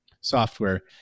software